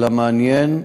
אבל המעניין,